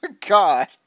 God